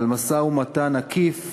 על משא-ומתן עקיף